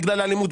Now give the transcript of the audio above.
בגלל האלימות,